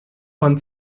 von